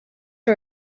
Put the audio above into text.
are